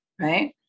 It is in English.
right